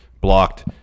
blocked